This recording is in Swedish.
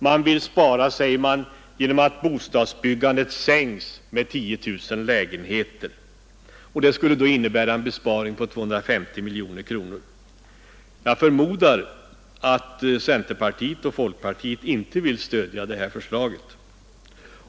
Man vill spara genom att minska bostadsbyggandet med 10 000 lägenheter. Det skulle innebära en besparing på 250 miljoner. Jag förmodar att centerpartiet och folkpartiet inte vill stödja det förslaget.